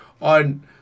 on